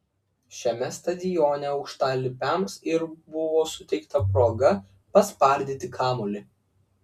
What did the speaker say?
šiame stadione aukštalipiams ir buvo suteikta proga paspardyti kamuolį